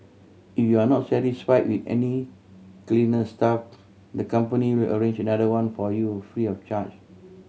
if you are not satisfy with any cleaner staff the company will arrange another one for you free of charge